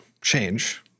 change